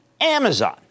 Amazon